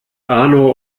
arno